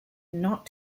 not